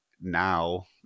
now